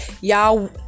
Y'all